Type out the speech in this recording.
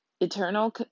eternal